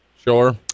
Sure